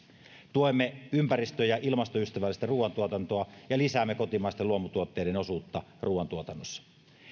tuemme ympäristö ja ilmastoystävällistä ruuantuotantoa ja lisäämme kotimaisten luomutuotteiden osuutta ruuantuotannossa